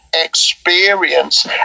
experience